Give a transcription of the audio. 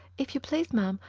if you please, ma'am,